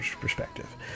perspective